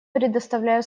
предоставляю